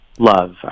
Love